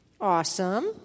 Awesome